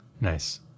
Nice